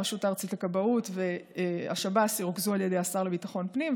הרשות הארצית לכבאות והשב"ס ירוכזו על ידי השר לביטחון פנים,